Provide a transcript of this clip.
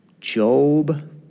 Job